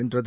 வென்றது